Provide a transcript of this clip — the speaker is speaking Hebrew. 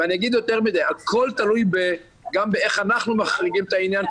ואני אגיד יותר מזה: הכול תלוי גם באיך אנחנו מחריגים את העניין,